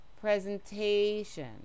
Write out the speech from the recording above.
presentation